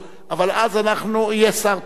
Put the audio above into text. יהיה שר תורן תמיד,